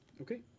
Okay